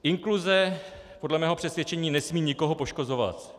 Inkluze podle mého přesvědčení nesmí nikoho poškozovat.